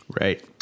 Right